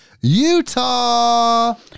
Utah